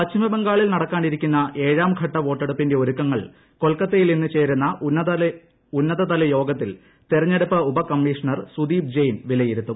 പശ്ചിമബംഗാളിൽ നടക്കാനിരിക്കുന്ന ഏഴാം ഘട്ട വോട്ടെടുപ്പിന്റെ ഒരുക്കങ്ങൾ കൊൽക്കത്തയിൽ ഇന്ന് ചേരുന്ന ഉന്നതതല യോഗത്തിൽ തെരഞ്ഞെടുപ്പ് ഉപ കമ്മീഷണർ സുദീപ് ജെയ്ൻ വിലയിരുത്തും